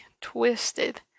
Twisted